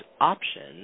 options